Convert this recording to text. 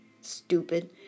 Stupid